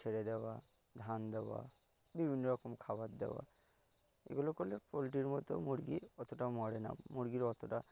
ছেড়ে দেওয়া ধান দেওয়া বিভিন্ন রকম খাবার দেওয়া এগুলো করলে পোলট্রীর মতো মুরগী অতটা মরে না মুরগীর অতটা